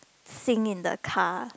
sing in the car